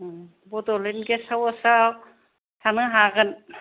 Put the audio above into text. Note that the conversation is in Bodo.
बड'लेण्ड गेसहावसाव थानो हागोन